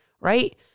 right